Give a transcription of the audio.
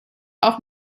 auch